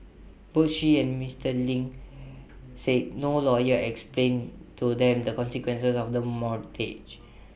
both she and Mister Ling said no lawyer explained to them the consequences of the mortgage